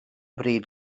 bryd